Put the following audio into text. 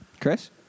Chris